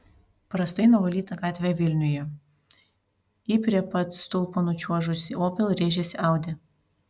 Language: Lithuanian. prastai nuvalyta gatvė vilniuje į prie pat stulpo nučiuožusį opel rėžėsi audi